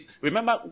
Remember